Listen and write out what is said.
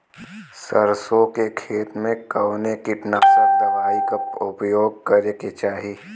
सरसों के खेत में कवने कीटनाशक दवाई क उपयोग करे के चाही?